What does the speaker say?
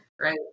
Right